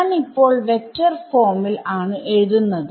ഞാൻ ഇപ്പോൾ വെക്ടർ ഫോമിൽ ആണ് എഴുതുന്നത്